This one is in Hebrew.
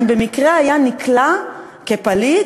אם במקרה היה נקלע כפליט,